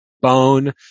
bone